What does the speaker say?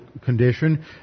condition